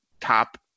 top